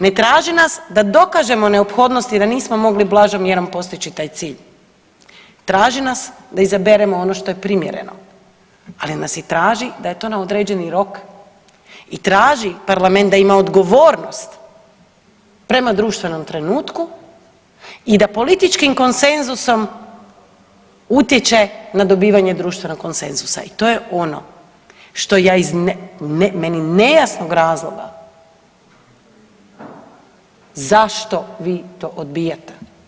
Ne traži nas da dokažemo neophodnosti da nismo mogli blažom mjerom postići taj cilj, traži nas da izaberemo ono što je primjereno, ali nas i traži da je to na određeni rok i traži parlament da ima odgovornost prema društvenom trenutku i da političkim konsenzusom utječe na dobivanje društvenog konsenzus i to je ono što meni iz nejasnog razloga zašto vi to odbijate.